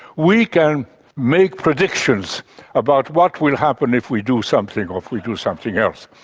we can make predictions about what will happen if we do something or if we do something else.